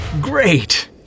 Great